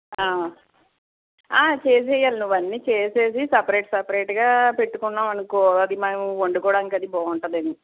చేసేయాలి నువ్వు అన్ని చేసేసి సపరేట్గా సెపరేట్గా పెట్టుకున్నావు అనుకో అది మేము వండుకోవడానికి అది బాగుంటుంది అది